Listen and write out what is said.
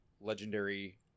legendary